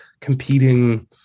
competing